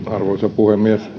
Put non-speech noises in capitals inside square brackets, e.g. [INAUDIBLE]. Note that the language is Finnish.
arvoisa puhemies [UNINTELLIGIBLE]